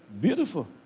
Beautiful